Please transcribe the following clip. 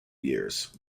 years